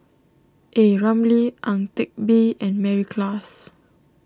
A Ramli Ang Teck Bee and Mary Klass